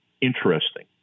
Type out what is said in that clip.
Interesting